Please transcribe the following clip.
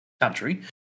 country